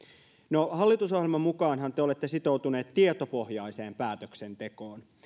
no hallitusohjelman mukaanhan te olette sitoutuneet tietopohjaiseen päätöksentekoon